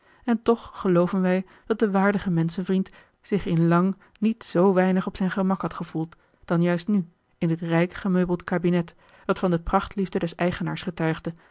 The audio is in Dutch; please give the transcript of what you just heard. en toch gelooven wij dat de waardige menschenvriend zich in lang niet zoo weinig op zijn gemak had gevoeld dan juist nu in dit rijk gemeubeld kabinet dat van de prachtliefde des eigenaars getuigde